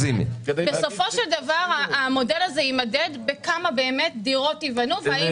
בסופו של דבר המודל הזה יימדד בכמה דירות ייבנו והאם